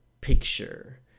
picture